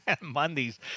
Mondays